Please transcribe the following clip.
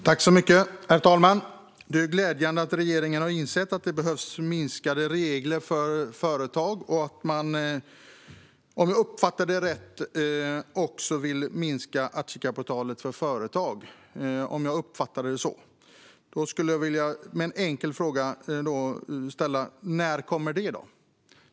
Herr talman! Det är glädjande att regeringen har insett att reglerna för företag behöver minskas och att man, om jag uppfattar det rätt, också vill minska aktiekapitalet för företag. Jag skulle vilja ställa en enkel fråga: När kommer detta?